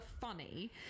funny